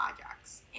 projects